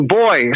boy